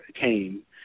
came